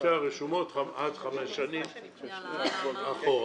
לשתי הרשומות עד חמש שנים אחורה.